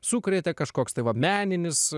sukrėtė kažkoks tai va meninis